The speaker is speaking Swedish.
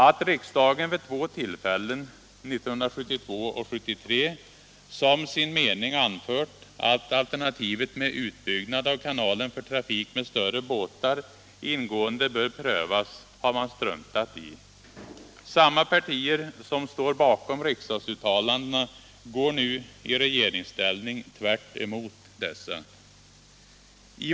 Att riksdagen vid två tillfällen, 1972 och 1973, som sin mening anfört att alternativet med utbyggnad av kanalen för trafik med större båtar ingående bör prövas, har man struntat i. Samma partier som står bakom riksdagsuttalandena går nu i regeringsställning tvärt emot dessa uttalanden.